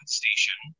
station